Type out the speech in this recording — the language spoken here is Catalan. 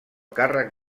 càrrec